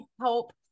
help